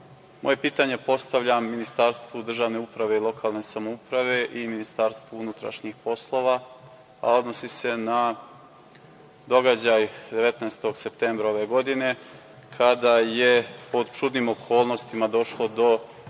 moje pitanje postavljam Ministarstvu državne uprave i lokalne samouprave i Ministarstvu unutrašnjih poslova, a odnosi se na događaj od 19. septembra ove godine, kada je pod čudnim okolnostima došlo do